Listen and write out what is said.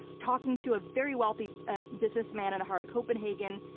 talking to a very wealthy ah business man in the heart of copenhagen,